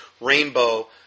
rainbow